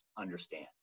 understand